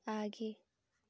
आगे